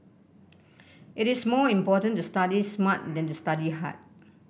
it is more important to study smart than to study hard